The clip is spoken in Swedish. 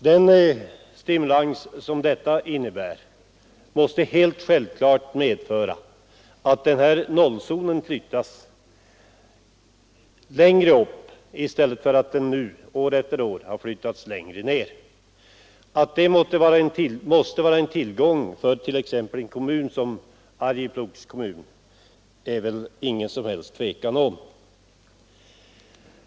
Den stimulans som skogsvårdsprogrammet innebär måste helt självklart medföra att gränsen för nollzonen flyttas längre upp i stället för att som hittills år efter år flyttas längre ner. Att programmet måste vara en tillgång för en kommun som Arjeplog är det väl inget som helst tvivel om.